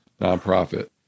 nonprofit